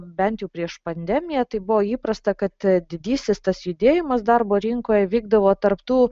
bent jau prieš pandemiją tai buvo įprasta kad didysis tas judėjimas darbo rinkoje vykdavo tarp tų